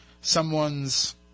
someone's